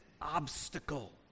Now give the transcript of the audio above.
obstacle